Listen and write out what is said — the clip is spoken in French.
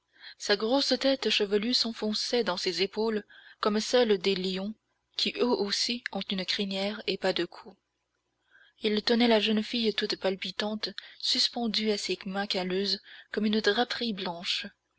sa grosse tête chevelue s'enfonçait dans ses épaules comme celle des lions qui eux aussi ont une crinière et pas de cou il tenait la jeune fille toute palpitante suspendue à ses mains calleuses comme une draperie blanche